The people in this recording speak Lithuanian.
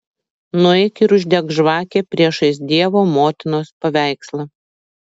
nueik ir uždek žvakę priešais dievo motinos paveikslą